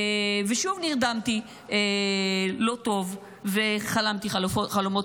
ושוב נרדמתי לא טוב וחלמתי חלומות